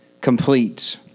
Complete